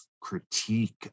critique